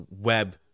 web